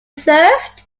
served